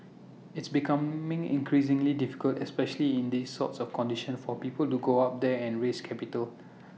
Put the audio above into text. it's becoming increasingly difficult especially in these sorts of conditions for people to go up there and raise capital